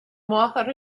máthair